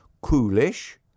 coolish